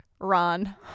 Ron